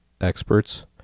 experts